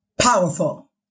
powerful